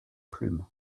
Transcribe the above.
plume